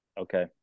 Okay